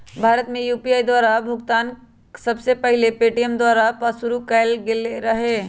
भारत में यू.पी.आई द्वारा भुगतान सबसे पहिल पेटीएमें द्वारा पशुरु कएल गेल रहै